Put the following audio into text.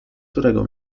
którego